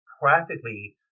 practically